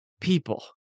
people